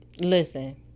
Listen